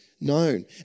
known